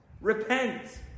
Repent